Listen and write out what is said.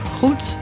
goed